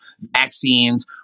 vaccines